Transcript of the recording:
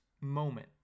moment